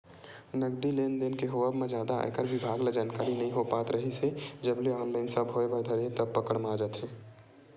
नगदी लेन देन के होवब म जादा आयकर बिभाग ल जानकारी नइ हो पात रिहिस हे जब ले ऑनलाइन सब होय बर धरे हे सब पकड़ म आ जात हे